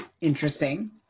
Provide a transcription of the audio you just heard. Interesting